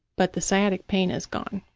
but the sciatic pain is gone,